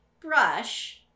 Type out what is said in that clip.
brush